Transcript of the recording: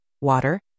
water